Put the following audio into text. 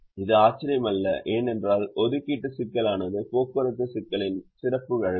இது ஆச்சரியமல்ல ஏனென்றால் ஒதுக்கீடு சிக்கலானது போக்குவரத்து சிக்கலின் சிறப்பு வழக்கு